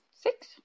Six